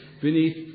beneath